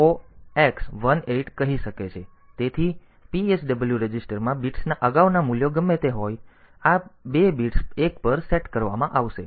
તેથી PSW રજિસ્ટરમાં બિટ્સના અગાઉના મૂલ્યો ગમે તે હોય આ બે બિટ્સ એક પર સેટ કરવામાં આવશે